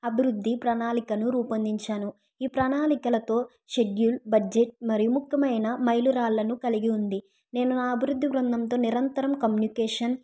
అభివృద్ధి ప్రణాళికను రూపొందించాను ఈ ప్రణాళికలతో షెడ్యూల్ బడ్జెట్ మరియు ముఖ్యమైన మైలురాళ్లను కలిగి ఉంది నేను నా అభివృద్ధి బృందంతో నిరంతరం కమ్యూనికేషన్